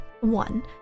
One